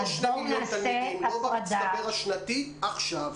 לא 2 מיליון תלמידים, לא במצטבר השנתי, עכשיו.